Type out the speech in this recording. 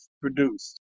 produced